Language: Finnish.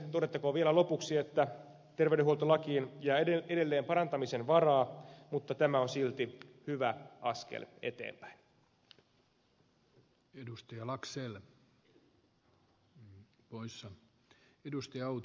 todettakoon vielä lopuksi että terveydenhuoltolakiin jää edelleen parantamisen varaa mutta tämä on silti hyvä askel eteenpäin